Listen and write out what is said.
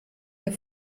der